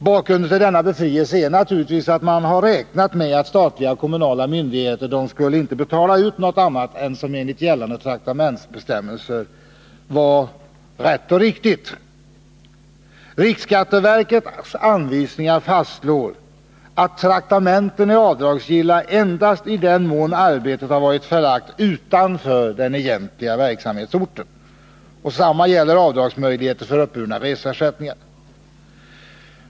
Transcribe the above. Bakgrunden till denna befrielse är naturligtvis att man har räknat med att statliga och kommunala myndigheter inte skulle betala ut något annat än vad som enligt gällande traktamentsbestämmelser är rätt och riktigt. I riksskatteverkets anvisningar fastslås att traktamenten är avdragsgilla endast i den mån arbetet har varit förlagt utanför den egentliga verksamhetsorten. Detsamma gäller avdragsmöjligheter vad avser uppburna reseersättningar.